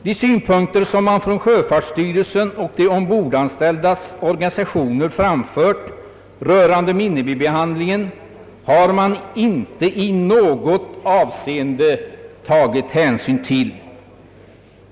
De synpunkter som man från sjöfartsstyrelsen och de ombordanställdas organisationer framfört rörande minimibemanningen har man inte i något avseende tagit hänsyn till.